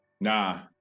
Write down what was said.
Nah